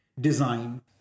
design